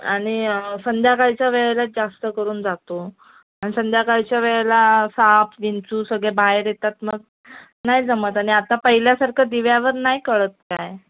आणि संध्याकाळच्या वेळेला जास्त करून जातो आणि संध्याकाळच्या वेळला साप विंचू सगळे बाहेर येतात मग नाही जमत आणि आता पहिल्यासारखं दिव्यावर नाही कळत काय